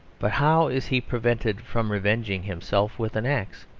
but how is he prevented from revenging himself with an axe?